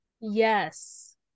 Yes